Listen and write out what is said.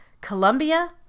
Colombia